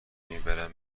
میبرم